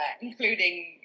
including